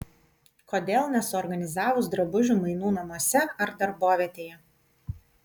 kodėl nesuorganizavus drabužių mainų namuose ar darbovietėje